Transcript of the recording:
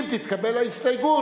אם תתקבל ההסתייגות,